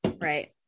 right